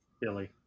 Billy